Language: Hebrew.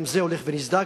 גם זה הולך ונסדק,